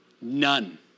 None